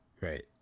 Right